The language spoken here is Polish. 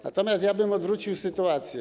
Natomiast ja bym odwrócił sytuację.